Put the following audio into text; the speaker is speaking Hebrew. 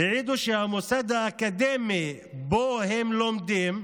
העידו שהמוסד האקדמי שבו הם לומדים